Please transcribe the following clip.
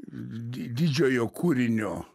di didžiojo kūrinio